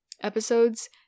episodes